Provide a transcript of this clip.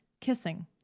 kissing